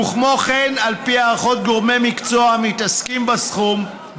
כמו כן, על פי הערכות גורמי מקצוע המתעסקים בתחום,